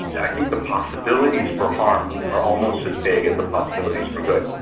i think the possibilities for harm are almost as big as the possibilities for good.